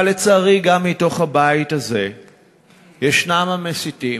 אבל, לצערי, גם מתוך הבית הזה יש שמסיתים: